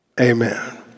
Amen